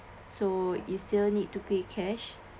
so is still need to pay cash